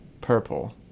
purple